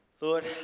Lord